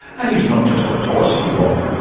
and he's not just a policy wonk.